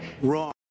Wrong